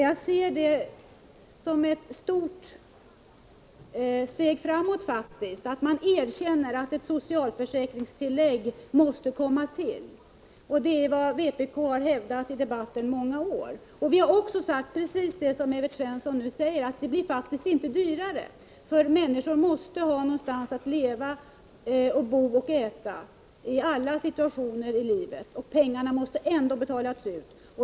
Jag ser det som ett stort steg framåt att Evert Svensson erkänner att ett socialförsäkringstillägg måste komma till. Det är vad vpk i många år hävdat i debatten. Vi har också sagt precis det som Evert Svensson nu säger, nämligen att det faktiskt inte blir dyrare, eftersom människor under alla förhållanden måste ha någonstans att bo och någonting att äta — pengarna måste ändå betalas ut.